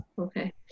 Okay